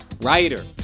writer